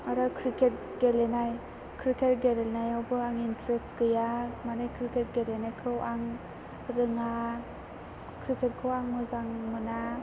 आरो क्रिकेट गेलेनाय क्रिकेट गेलेनायावबो आं इनन्टारेस्ट गैया माने क्रिकेट गेलेनायखौ आं रोङा क्रिकेटखौ आं मोजां मोना